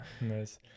nice